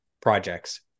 projects